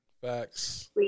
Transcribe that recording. Facts